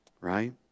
Right